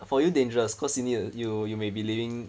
for you dangerous cause you need to you you may be leaving